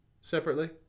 separately